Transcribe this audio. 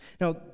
Now